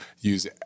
use